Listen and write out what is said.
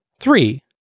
three